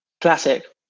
Classic